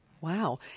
Wow